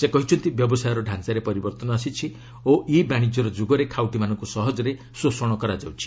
ସେ କହିଛନ୍ତି ବ୍ୟବସାୟର ଢାଞ୍ଚାରେ ପରିବର୍ତ୍ତନ ଆସିଛି ଓ ଇ ବାଣିଜ୍ୟର ଯୁଗରେ ଖାଉଟିମାନଙ୍କୁ ସହଜରେ ଶୋଷଣ କରାଯାଉଛି